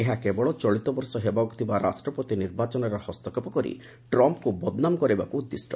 ଏହା କେବଳ ଚଳିତବର୍ଷ ହେବାକୁ ଥିବା ରାଷ୍ଟ୍ରପତି ନିର୍ବାଚନରେ ହସ୍ତକ୍ଷେପ କରି ଟ୍ରମ୍ପଙ୍କୁ ବଦନାମ କରାଇବାକୁ ଉଦ୍ଦିଷ୍ଟ